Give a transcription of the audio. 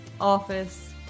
Office